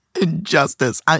Injustice